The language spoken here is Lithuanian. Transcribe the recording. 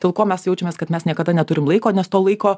dėl ko mes jaučiamės kad mes niekada neturim laiko nes to laiko